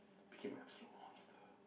became a absolute monster